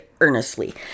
earnestly